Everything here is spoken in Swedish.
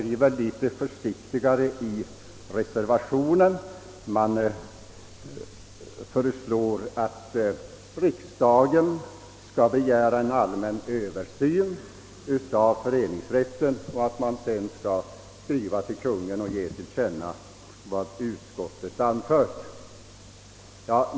I de båda reservationerna under B, som dock är ganska lika varandra, skriver man litet försiktigare. Man föreslår att riksdagen skall begära en allmän översyn av föreningsrätten.